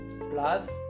plus